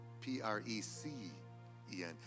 P-R-E-C-E-N